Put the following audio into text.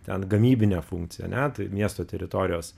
ten gamybinę funkciją ane tai miesto teritorijos